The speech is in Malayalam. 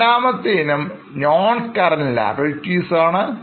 രണ്ടാമത്തെ ഇനം Noncurrent Liabilities ആണ്